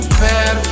better